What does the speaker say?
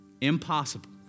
impossible